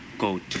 Goat